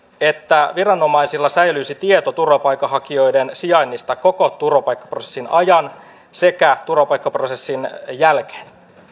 jotta viranomaisilla säilyisi tieto turvapaikanhakijoiden sijainnista koko turvapaikkaprosessin ajan sekä turvapaikkaprosessin jälkeen